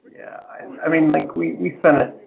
yeah. i mean like we spent a.